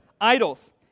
idols